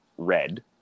red